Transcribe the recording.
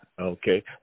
Okay